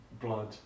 blood